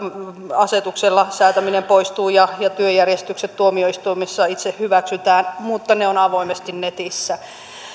asetuksella säätäminen poistuu ja ja työjärjestykset tuomioistuimissa itse hyväksytään mutta ne ovat avoimesti netissä